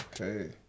Okay